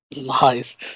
Lies